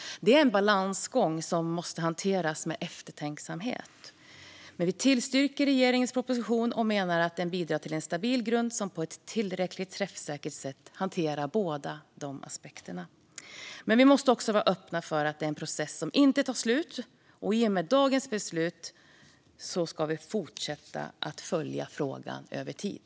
Det är en balansgång som måste hanteras med eftertänksamhet. Vi tillstyrker regeringens proposition och menar att den bidrar till en stabil grund som på ett tillräckligt träffsäkert sätt hanterar båda aspekterna. Men vi måste också vara öppna för att det är en process som inte tar slut i och med dagens beslut, utan vi får fortsätta att följa frågan över tid.